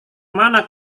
mana